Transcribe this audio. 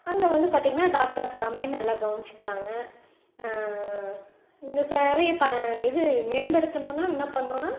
அங்கே வந்து பார்த்தீங்கன்னா டாக்டர்ஸ் எல்லாமே நல்லா கவனிச்சுக்கிறாங்க இந்த சேவை ப இது மேம்படுத்தணுன்னால் என்ன பண்ணணுன்னா